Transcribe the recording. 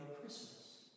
Christmas